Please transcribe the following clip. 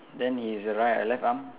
then his err right uh left arm